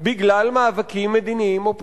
בגלל מאבקים מדיניים או פוליטיים,